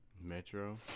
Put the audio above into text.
Metro